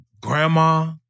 grandma